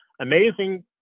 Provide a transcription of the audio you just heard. amazing